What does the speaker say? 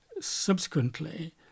subsequently